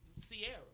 Sierra